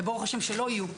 וברוך השם שלא יהיו,